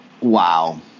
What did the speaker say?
wow